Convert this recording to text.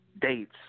dates